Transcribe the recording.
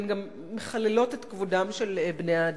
והן גם מחללות את כבודם של בני-האדם.